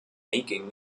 making